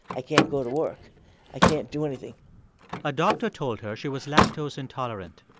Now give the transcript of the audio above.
i can't go to work i can't do anything a doctor told her she was lactose intolerant.